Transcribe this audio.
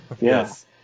Yes